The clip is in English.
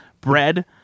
Bread